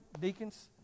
Deacons